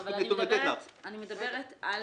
אני מדברת על